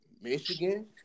Michigan